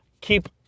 Keep